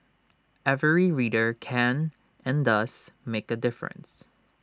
every reader can and does make A difference